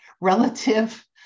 relative